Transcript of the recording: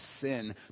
sin